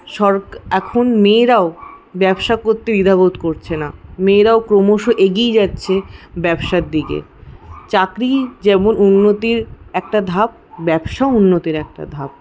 সরক এখন মেয়েরাও ব্যবসা করতে দ্বিধাবোধ করছেনা মেয়েরাও ক্রমশ এগিয়ে যাচ্ছে ব্যবসার দিকে চাকরি যেমন উন্নতির একটা ধাপ ব্যবসাও উন্নতির একটা ধাপ